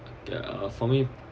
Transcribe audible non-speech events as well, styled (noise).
(noise) for me